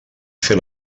fer